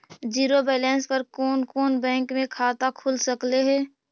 Zero balance पर कोन कोन बैंक में खाता खुल सकले हे?